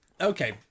Okay